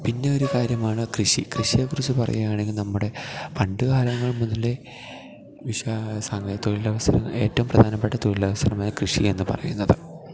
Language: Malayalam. പിന്നെ ഒരു കാര്യമാണ് കൃഷി കൃഷിയെക്കുറിച്ച് പറയുകയാണെങ്കിൽ നമ്മുടെ പണ്ടുകാലങ്ങൾ മുതലേ തൊഴിലവസരം ഏറ്റവും പ്രധാനപ്പെട്ട തൊഴിലവസരമായ കൃഷി എന്നു പറയുന്നത്